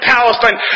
Palestine